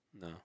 No